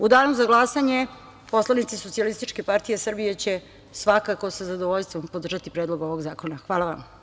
U danu za glasanje poslanici Socijalističke partije Srbije će svakako sa zadovljstvom podržati predlog ovog zakona.